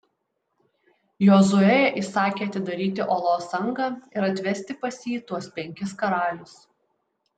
jozuė įsakė atidaryti olos angą ir atvesti pas jį tuos penkis karalius